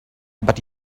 but